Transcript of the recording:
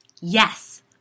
Yes